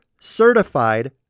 Certified